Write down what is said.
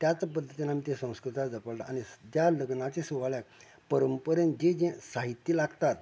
त्याच पद्दतीन आमी ती संस्कृताय जपल्या आनी त्या लग्नाच्या सुवाळ्याक परंपरेन जे जे साहित्य लागतात